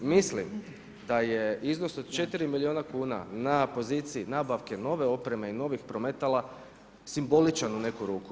Mislim daj e iznos od 4 milijuna kuna, na poziciji nabavke nove opreme i novih prometala simboličan u neku ruku.